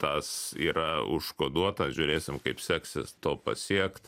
tas yra užkoduota žiūrėsim kaip seksis to pasiekt